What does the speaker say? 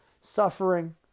suffering